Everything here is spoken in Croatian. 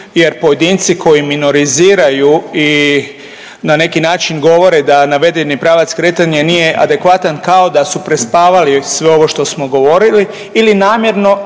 jer pojedinci koji minoriziraju i na neki način govore da navedeni pravac kretanja nije adekvatan kao da su prespavali sve ovo što smo govorili ili namjerno